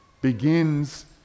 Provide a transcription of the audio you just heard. begins